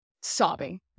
Sobbing